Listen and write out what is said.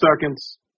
seconds